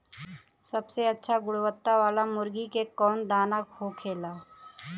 सबसे अच्छा गुणवत्ता वाला मुर्गी के कौन दाना होखेला?